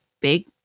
big